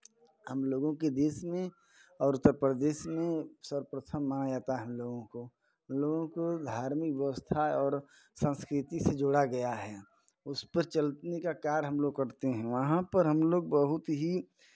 हम लोगों के देश में और उत्तर प्रदेश में सर्वप्रथम माना जाता है हम लोगों को हम लोगों को धार्मिक व्यवस्था और संस्कृति से जोड़ा गया है उस पे चलने का कार्य हम लोग करते हैं वहाँ पर हम लोग बहुत ही